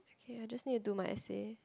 okay I just need to do my essay